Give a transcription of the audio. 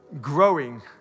growing